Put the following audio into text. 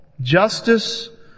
Justice